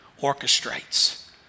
orchestrates